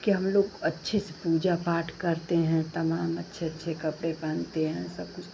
कि हमलोग अच्छे से पूजा पाठ करते हैं तमाम अच्छे अच्छे कपड़े पहनते हैं सब कुछ